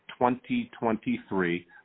2023